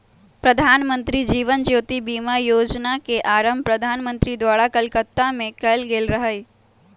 प्रधानमंत्री जीवन ज्योति बीमा जोजना के आरंभ प्रधानमंत्री द्वारा कलकत्ता में कएल गेल रहइ